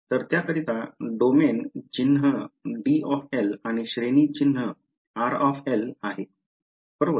तर त्याकरिता डोमेन चिन्हD आणि श्रेणी चिन्ह R आहे बरोबर